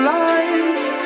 life